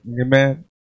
amen